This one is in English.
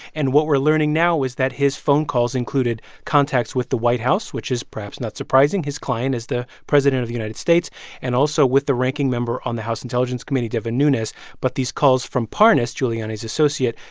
and what we're learning now is that his phone calls included contacts with the white house, which is perhaps not surprising his client is the president of united states and also with the ranking member on the house intelligence committee, devin nunes but these calls from parnas, giuliani's associate,